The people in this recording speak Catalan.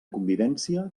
convivència